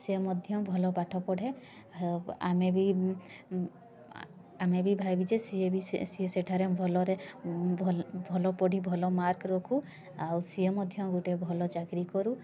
ସେ ମଧ୍ୟ ଭଲ ପାଠ ପଢ଼େ ହ ଆମେ ବି ଆମେ ବି ଭାବିଛେ ସିଏ ବି ସିଏ ସେଠାରେ ଭଲରେ ଭଲ ପଢ଼ି ଭଲ ମାର୍କ ରଖୁ ଆଉ ସିଏ ମଧ୍ୟ ଗୋଟେ ଭଲ ଚାକିରୀ କରୁ